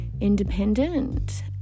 independent